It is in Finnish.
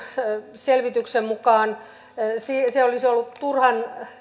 selvityksen mukaan se olisi ollut turhan